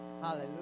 Hallelujah